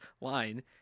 line